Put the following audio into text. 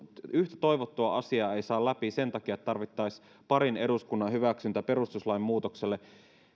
yhtä toivottua asiaa ei saa läpi sen takia että tarvittaisiin parin eduskunnan hyväksyntä perustuslain muutokselle